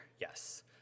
Yes